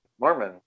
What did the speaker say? Mormon